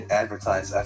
advertise